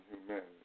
humanity